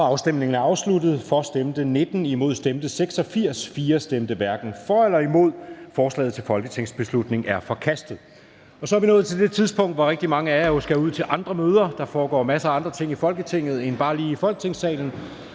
Jon Stephensen (UFG)), hverken for eller imod stemte 4 (DF). Forslaget til folketingsbeslutning er forkastet. Så er vi nået til det tidspunkt, hvor rigtig mange af jer skal ud til andre møder, for der foregår jo masser af andre ting i Folketinget end bare lige i Folketingssalen.